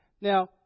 Now